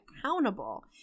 accountable